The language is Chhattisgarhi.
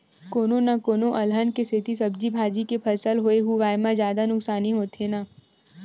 कोनो न कोनो अलहन के सेती सब्जी भाजी के फसल होए हुवाए म जादा नुकसानी होथे न